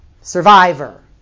survivor